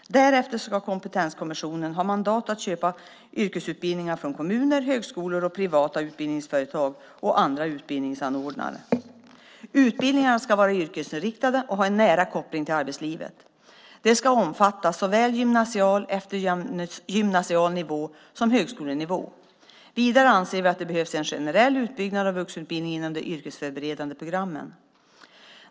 Därefter ska kompetenskommissionen ha mandat att köpa yrkesutbildningar från kommuner, högskolor, privata utbildningsföretag och andra utbildningsanordnare. Utbildningarna ska vara yrkesinriktade och ha en nära koppling till arbetslivet. De ska omfatta såväl gymnasial och eftergymnasial nivå som högskolenivå. Vidare anser vi att det behövs en generell utbyggnad av vuxenutbildningen inom de yrkesförberedande programmen.